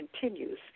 continues